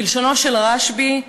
בלשונו של רשב"י: